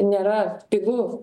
nėra pigu